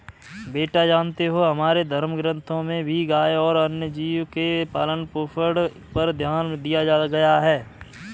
बेटा जानते हो हमारे धर्म ग्रंथों में भी गाय और अन्य जीव के पालन पोषण पर ध्यान दिया गया है